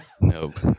nope